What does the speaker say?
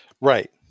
right